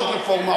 עוד רפורמה,